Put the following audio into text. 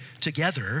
together